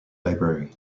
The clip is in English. library